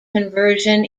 conversion